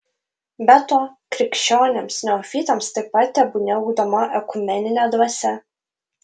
be to krikščionims neofitams taip pat tebūnie ugdoma ekumeninė dvasia